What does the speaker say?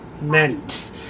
meant